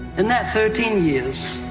in that thirteen years,